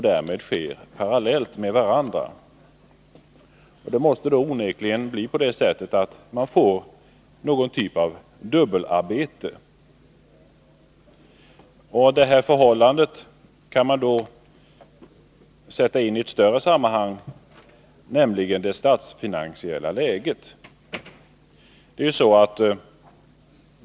Det måste då onekligen bli fråga om någon typ av dubbelarbete. Det förhållandet kan man sätta in i större sammanhang, nämligen i det statsfinansiella läget.